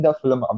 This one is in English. film